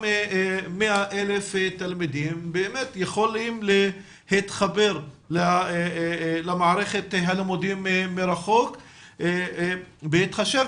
100,000 תלמידים באמת יכולים להתחבר למערכת הלימודים מרחוק בהתחשב